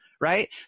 right